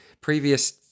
previous